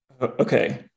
Okay